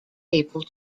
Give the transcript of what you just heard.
able